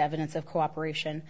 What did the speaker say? evidence of cooperation